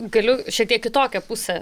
galiu šiek tiek kitokią pusę